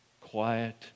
quiet